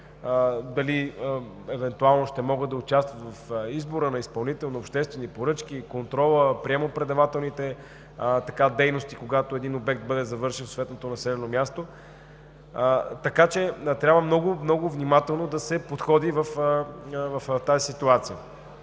дали, евентуално, ще могат да участват в избора на изпълнител на обществени поръчки, в контрола, в приемо-предавателните дейности, когато обектът бъде завършен в съответното населено място. Така че трябва много, много внимателно да се подходи в тази ситуация.